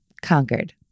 conquered